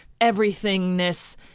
everythingness